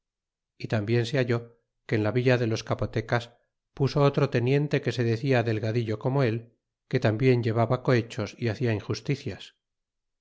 y tambien se halló que en la villa de los capotecas puso otro teniente que se decia delgadillo como el que tambien llevaba cohechos y hacia injusticias